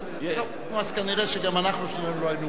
אז כנראה גם אנחנו שנינו לא היינו באותה מפלגה.